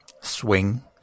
swing